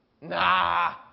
Nah